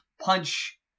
punch